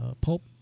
pulp